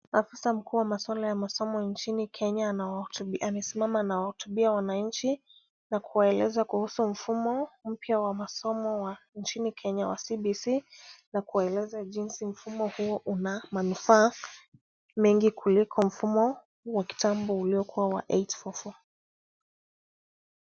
Afisa mkuu wa maswala ya masomo nchini Kenya amesimama anawahotubia wananchi na kuwaeleza kuhusu mfumo mpya wa masomo wa nchini Kenya wa CBC na kuwaeleza jinsi mfumo huo una manufaa mengi kuliko mfumo wa kitambo uliokuwa wa 8.4.4.